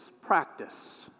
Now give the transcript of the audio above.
practice